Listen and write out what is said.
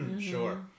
Sure